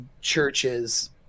churches